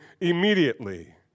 immediately